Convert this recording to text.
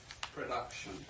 production